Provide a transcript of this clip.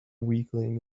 weakling